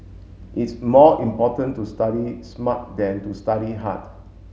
it's more important to study smart than to study hard